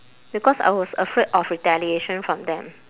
because I was afraid of retaliation from them